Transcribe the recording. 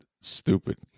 stupid